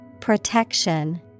Protection